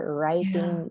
writing